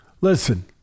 listen